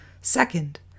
second